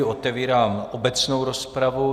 Otevírám obecnou rozpravu.